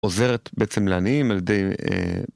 עוזרת בעצם לעניים על ידי